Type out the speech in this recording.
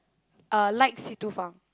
uh like Si Tu Feng